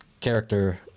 character